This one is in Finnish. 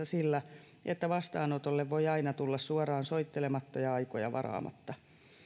sillä että vastaanotolle voi aina tulla suoraan soittelematta ja aikoja varaamatta